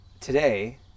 Today